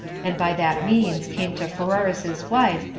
and by that means came to pheroras's wife,